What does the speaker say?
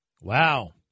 Wow